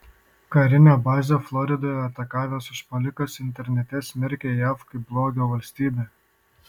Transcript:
karinę bazę floridoje atakavęs užpuolikas internete smerkė jav kaip blogio valstybę